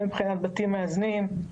גם מבחינת בתים מאזנים,